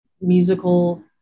musical